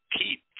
keep